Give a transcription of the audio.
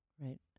Right